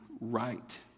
right